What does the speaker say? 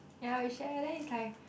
ya we share then is like